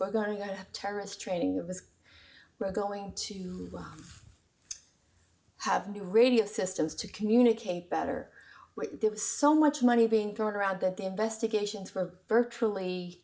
to terrorist training that was going to have the radio systems to communicate better there was so much money being thrown around that the investigations were virtually